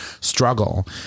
struggle